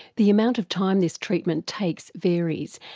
the amount of time this treatment takes varies,